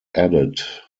added